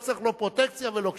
לא צריך לא פרוטקציה ולא קשרים.